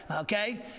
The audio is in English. okay